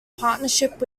partnership